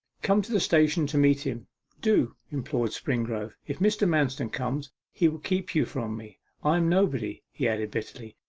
come to the station to meet him do implored springrove. if mr. manston comes, he will keep you from me i am nobody he added bitterly,